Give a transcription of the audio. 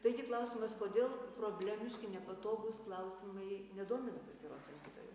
taigi klausimas kodėl problemiški nepatogūs klausimai nedomina paskyros lankytojų